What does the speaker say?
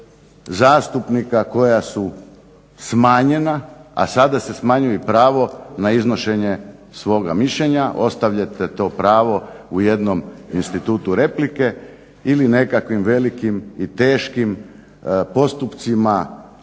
koja su smanjena, a sada se smanjuje i pravo na iznošenje svoga mišljenja. Ostavljate to pravo u jednom institutu replike ili nekakvim velikim i teškim postupcima